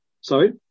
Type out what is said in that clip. Sorry